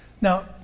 Now